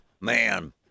man